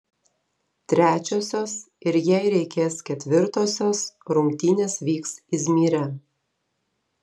trečiosios ir jei reikės ketvirtosios rungtynės vyks izmyre